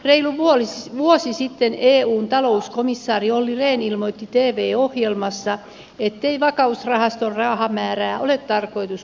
reilu vuosi sitten eun talouskomissaari olli rehn ilmoitti tv ohjelmassa ettei vakausrahaston rahamäärää ole tarkoitus kasvattaa